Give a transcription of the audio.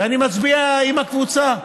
ואני מצביע עם הקבוצה,